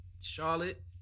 Charlotte